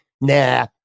nah